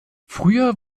früher